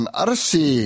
arsi